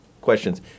questions